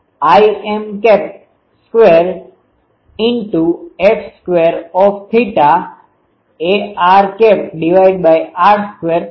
77Im2r2 F2ar થશે